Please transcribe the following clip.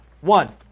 One